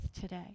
today